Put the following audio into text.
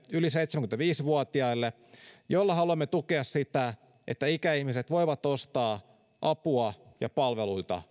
yli seitsemänkymmentäviisi vuotiaille laajemman kotitalousvähennyksen jolla haluamme tukea sitä että ikäihmiset voivat ostaa apua ja palveluita